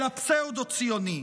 אלא פסאודו-ציוני,